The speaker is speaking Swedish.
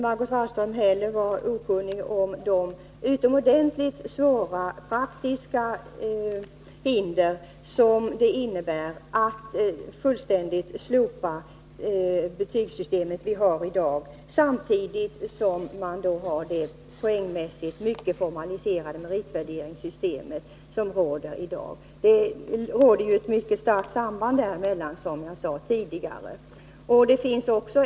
Margot Wallström kan inte heller vara okunnig om de utomordentligt svåra, faktiska hinder som det innebär att fullständigt slopa dagens system för betygsättning, samtidigt som man har kvar ett poängmässigt mycket formaliserat meritvärderingssystem. Det finns ju, som jag sade tidigare, ett mycket starkt samband mellan dessa två saker.